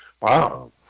Wow